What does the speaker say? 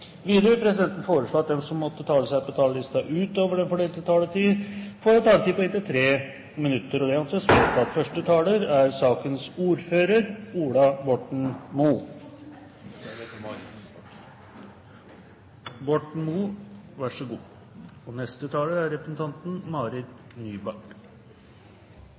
Videre blir det foreslått at de som måtte tegne seg på talerlisten utover den fordelte taletid, får en taletid på inntil 3 minutter. – Det anses vedtatt. Første taler er sakens ordfører, Laila Dåvøy. – Laila Dåvøy er ikke til stede, og vi går videre på talerlisten. Første taler er